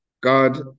God